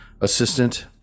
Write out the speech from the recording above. assistant